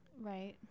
right